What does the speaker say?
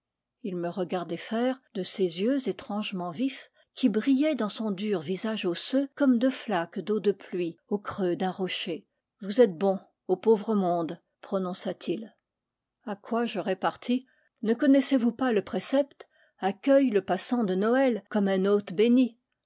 il me regardait faire de ses yeux étrangement vifs qui brillaient dans son dur visage osseux comme deux flaques d'eau de pluie au creux d'un rocher vous êtes bon au pauvre monde prononça-t-il à quoi je repartis ne connaissez-vous pas le précepte accueille le passant de noël comme un hôte béni